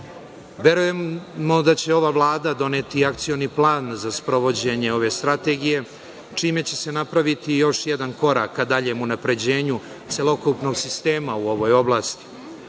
Verujemo da će ova Vlada doneti i akcioni plan za sprovođenje ove strategije, čime će se napraviti još jedan korak ka daljem unapređenju celokupnog sistema u ovoj oblasti. Na